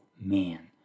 man